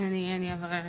אני אברר.